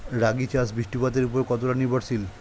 রাগী চাষ বৃষ্টিপাতের ওপর কতটা নির্ভরশীল?